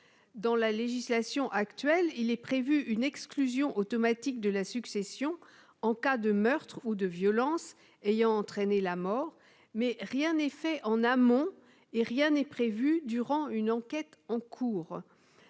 Dans la législation actuelle, il est prévu une exclusion automatique de la succession en cas de meurtre ou de violences ayant entraîné la mort, mais rien n'est fait en amont, et rien n'est prévu durant une enquête en cours.